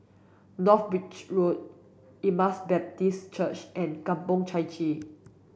North Bridge Road Emmaus Baptist Church and Kampong Chai Chee